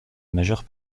majeure